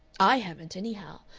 i haven't, anyhow.